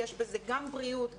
יש בזה גם בריאות,